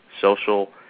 social